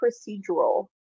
procedural